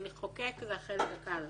לחוקק זה החלק הקל.